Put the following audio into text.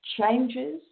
changes